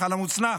בנח"ל המוצנח.